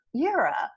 era